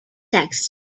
texts